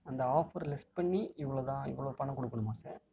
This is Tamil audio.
அந்த ஆஃபர் லெஸ் பண்ணி இவ்வளோ தான் இவ்வளோ பணம் கொடுக்குணுமா சார்